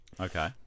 okay